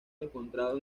encontrado